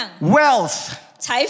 wealth